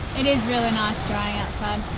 it is really nice drying and